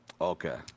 Okay